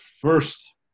first